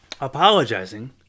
apologizing